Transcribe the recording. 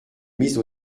mise